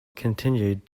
continued